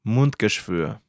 Mundgeschwür